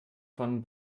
von